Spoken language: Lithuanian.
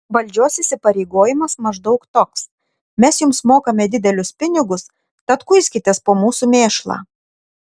valdžios įpareigojimas maždaug toks mes jums mokame didelius pinigus tad kuiskitės po mūsų mėšlą